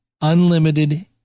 unlimited